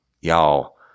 Y'all